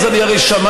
הרי אני שמעתי